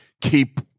keep